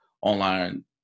online